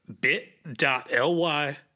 bit.ly